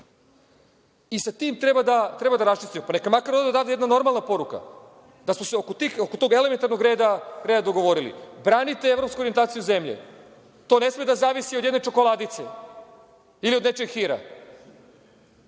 I, sa tim treba da raščistimo, pa neka odavde ode neka normalna poruka, da smo se oko tog elementarnog reda dogovorili. Branite evropsku orijentaciju zemlje. To ne sme da zavisi od jedne čokoladice ili od nečijeg hira.